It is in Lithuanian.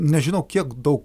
nežinau kiek daug